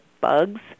bugs